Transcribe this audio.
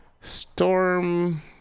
storm